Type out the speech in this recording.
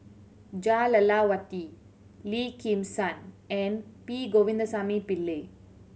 Jah Lelawati Lim Kim San and P Govindasamy Pillai